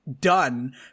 done